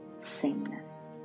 sameness